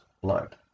blood